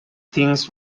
things